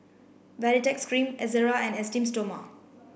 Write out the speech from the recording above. Baritex cream Ezerra and Esteem Stoma